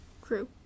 crew